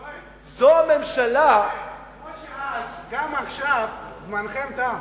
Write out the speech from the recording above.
יואל, כמו שאז, גם עכשיו, זמנכם תם.